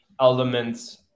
elements